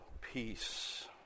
peace